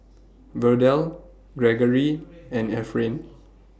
Verdell Greggory and Efrain